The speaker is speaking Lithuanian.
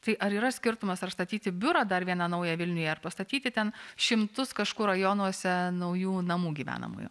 tai ar yra skirtumas ar statyti biurą dar vieną naują vilniuje ar pastatyti ten šimtus kažkur rajonuose naujų namų gyvenamųjų